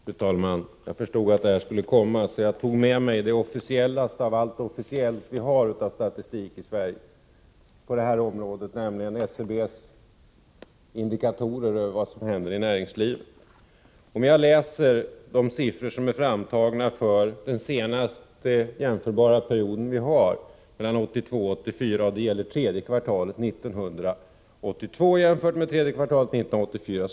Fru talman! Jag förstod att det här skulle komma, så jag tog med mig det officiellaste av all officiell statistik i Sverige på detta område, nämligen SCB:s indikatorer över vad som händer i näringslivet. Jag läser upp de siffror som är framtagna för den senaste jämförbara perioden, mellan 1982 och 1984. Det gäller tredje kvartalet 1982 jämfört med tredje kvartalet 1984.